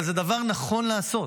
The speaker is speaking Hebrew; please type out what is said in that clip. אבל זה דבר נכון לעשות,